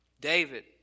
David